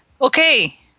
okay